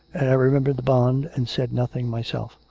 and i remembered the bond and said nothing myself.